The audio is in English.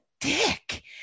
dick